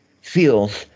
feels